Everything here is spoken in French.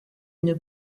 une